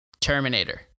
Terminator